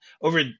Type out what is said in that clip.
Over